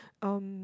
um